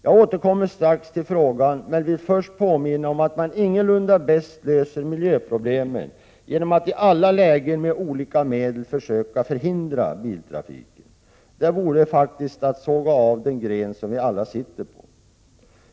Jag återkommer strax till frågan men vill först påminna om att man ingalunda bäst löser miljöproblemen genom att i alla lägen med olika medel försöka förhindra biltrafiken. Det vore faktiskt att såga av den gren som vi alla sitter på.